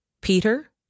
Peter